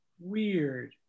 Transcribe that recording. Weird